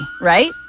right